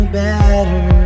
better